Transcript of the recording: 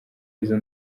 izo